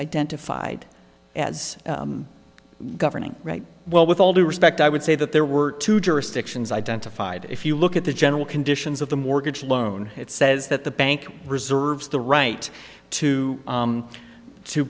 identified as governing right well with all due respect i would say that there were two jurisdictions identified if you look at the general conditions of the mortgage loan it says that the bank reserves the right to